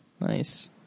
Nice